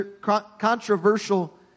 controversial